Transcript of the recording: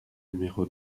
numéro